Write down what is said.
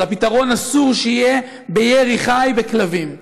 אבל הפתרון אסור שיהיה ירי חי בכלבים.